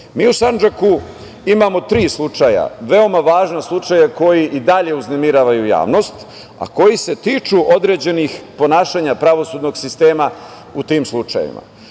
u Sandžaku imamo tri slučaja, veoma važna slučaja koji i dalje uznemiravaju javnost, a koji se tiču određenih ponašanja pravosudnog sistema u tim slučajevima.